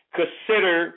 consider